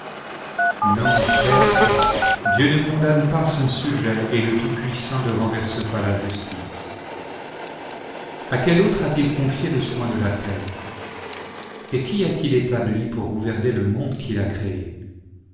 non certes dieu ne condamne pas sans sujet et le tout-puissant ne renverse pas la justice a quel autre a-t-il confié le soin de la terre et qui a-t-il établi pour gouverner le monde qu'il a créé